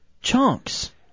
chunks